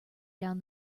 down